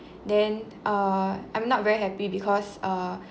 then err I'm not very happy because uh